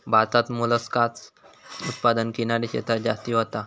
भारतात मोलस्कास उत्पादन किनारी क्षेत्रांत जास्ती होता